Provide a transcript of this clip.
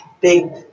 big